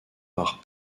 par